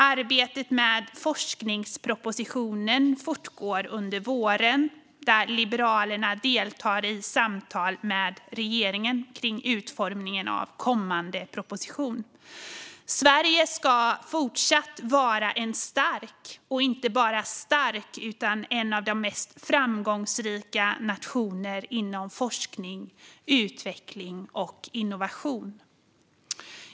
Arbetet med forskningspropositionen fortgår under våren, där Liberalerna deltar i samtal med regeringen kring utformningen av kommande proposition. Sverige ska fortsatt vara en stark, och inte bara stark utan en av de mest framgångsrika nationerna inom forskning, utveckling och innovation.